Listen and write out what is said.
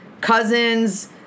cousin's